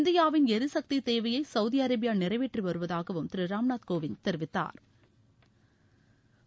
இந்தியாவின் எரிசக்தி தேவையை சவுதி அரேபியா நிறைவேற்றி வருவதாகவும் திரு ராம்நாத் கோவிந்த் தெரிவித்தாா்